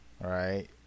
right